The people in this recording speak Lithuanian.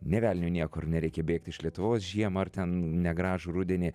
nė velnio nieko ir nereikia bėgti iš lietuvos žiemą ar ten negražų rudenį